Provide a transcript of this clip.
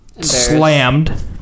slammed